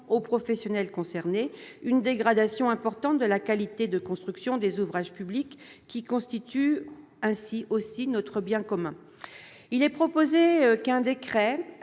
...